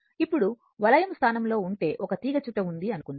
ఇప్పుడు వలయము స్థానంలో ఉంటే ఒక తీగచుట్ట ఉంది అనుకుందాం